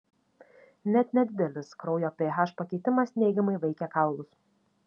net nedidelis kraujo ph pakitimas neigiamai veikia kaulus